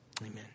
amen